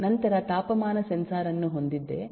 ನಂತರ ತಾಪಮಾನ ಸೆನ್ಸಾರ್ ಅನ್ನು ಹೊಂದಿದೆ